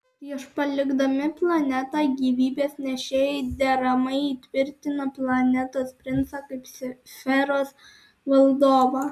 prieš palikdami planetą gyvybės nešėjai deramai įtvirtina planetos princą kaip sferos valdovą